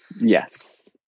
Yes